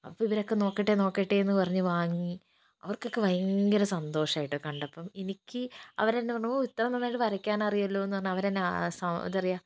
അപ്പോൾ ഇവരൊക്കെ നോക്കട്ടെ നോക്കട്ടെയെന്ന് പറഞ്ഞു വാങ്ങി അവർക്കൊക്കെ ഭയങ്കര സന്തോഷമായി കേട്ടോ കണ്ടപ്പം എനിക്ക് അവർ എന്താ പറഞ്ഞത് ഓ ഇത്ര നന്നായിട്ട് വരയ്ക്കാൻ അറിയാമല്ലോയെന്ന് പറഞ്ഞ് അവരെന്നെ എന്താ പറയുകയ